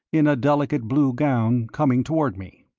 in a delicate blue gown, coming toward me.